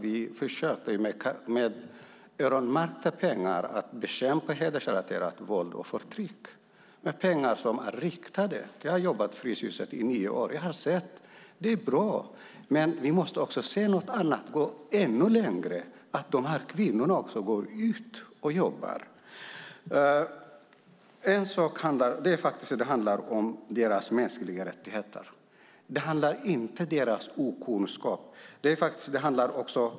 Vi försöker till exempel att bekämpa hedersrelaterat våld och förtryck med öronmärkta pengar. Det handlar om riktade pengar. Jag har jobbat i Fryshuset i nio år. Jag har sett det, och det är bra. Men vi måste också se till att de här kvinnorna går ut och jobbar. Det handlar om deras mänskliga rättigheter. Det handlar inte om deras okunskap.